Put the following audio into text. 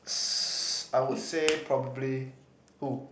I would say probably who